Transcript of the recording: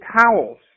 towels